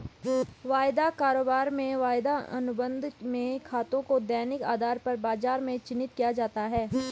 वायदा कारोबार में वायदा अनुबंध में खातों को दैनिक आधार पर बाजार में चिन्हित किया जाता है